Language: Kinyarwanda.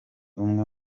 umwe